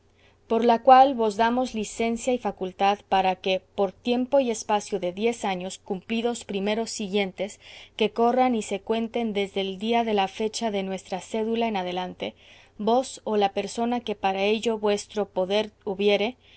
por la cual vos damos licencia y facultad para que por tiempo y espacio de diez años cumplidos primeros siguientes que corran y se cuenten desde el día de la fecha de esta nuestra cédula en adelante vos o la persona que para ello vuestro poder hobiere